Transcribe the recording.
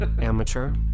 amateur